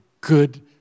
good